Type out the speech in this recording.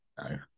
No